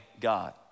God